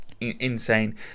insane